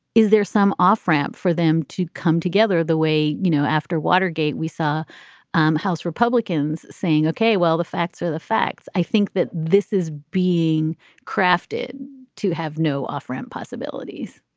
is there some off ramp for them to come together the way, you know, after watergate, we saw um house republicans saying, okay, well, the facts are the facts. i think that this is being crafted to have no offramp possibilities